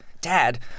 dad